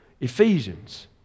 Ephesians